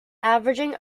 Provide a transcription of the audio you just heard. averaging